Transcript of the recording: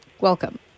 Welcome